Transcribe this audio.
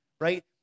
right